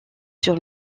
sur